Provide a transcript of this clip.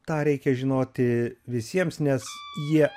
tą reikia žinoti visiems nes jie